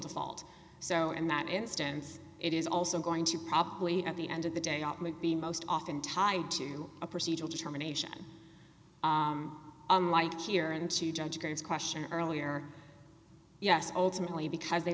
default so in that instance it is also going to probably at the end of the day not might be most often tied to a procedural determination unlike here in to judge against question earlier yes ultimately because they